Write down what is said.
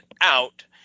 out